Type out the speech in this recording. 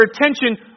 attention